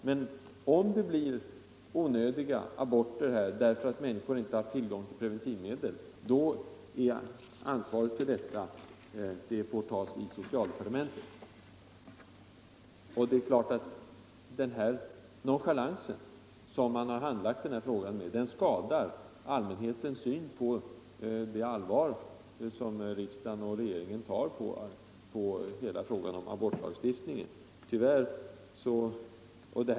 Men om det blir ett antal onödiga aborter därför att människorna inte har haft tillgång till preventivmedel, då får ansvaret härför tas i socialdepartementet. Klart är också att den nonchalans som denna fråga har handlagts med skadar allmänhetens tilltro till det allvar med vilket riksdagen och regeringen ser på frågan om abortlagstiftningen.